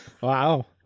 wow